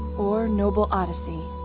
or noble odyssey.